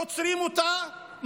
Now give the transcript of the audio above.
עוצרים אותה,